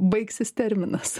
baigsis terminas